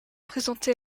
présenté